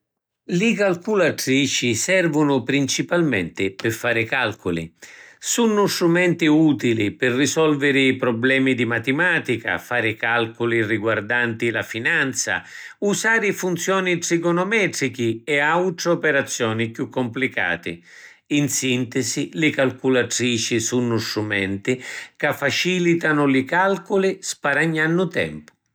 Li calculatrici servunu principalmenti pi fari calculi. Sunnu strumenti utili pi risolviri prublemi di matimatica, fari calculi riguardanti la finanza, usari funzioni trigonometrichi e autri operazioni chiù complicati. In sintisi, li calculatrici sunnu strumenti ca facilitanu li calculi sparagnannu tempu.